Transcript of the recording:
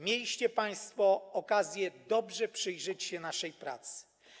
Mieliście państwo okazję dobrze przyjrzeć się naszej pracy.